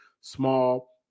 small